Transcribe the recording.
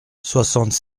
soixante